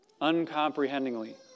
uncomprehendingly